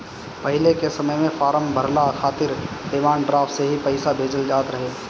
पहिले के समय में फार्म भरला खातिर डिमांड ड्राफ्ट से ही पईसा भेजल जात रहे